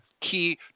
key